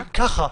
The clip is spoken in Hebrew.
ככה.